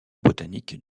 botanique